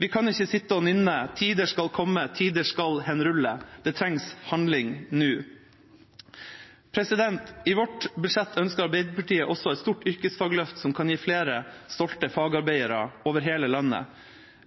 Vi kan ikke sitte og nynne «tider skal komme, tider skal henrulle». Det trengs handling nå. I sitt budsjett ønsker Arbeiderpartiet også et stort yrkesfagløft, som kan gi flere stolte fagarbeidere over hele landet.